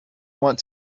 want